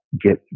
get